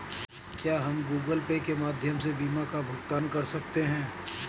क्या हम Google Pay के माध्यम से बीमा का भुगतान कर सकते हैं?